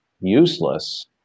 useless